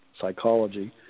psychology